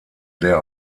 der